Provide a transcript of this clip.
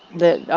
that